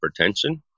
hypertension